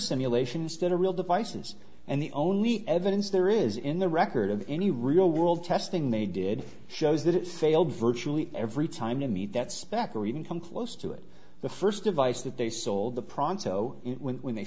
simulation instead a real devices and the only evidence there is in the record of any real world testing they did shows that it failed virtually every time to meet that spec or come close to it the first device that they sold the pronto when they